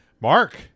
Mark